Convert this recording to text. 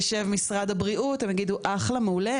יושב משרד הבריאות הם יגידו אחלה מעולה,